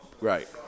Right